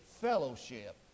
fellowship